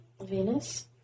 Venus